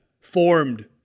formed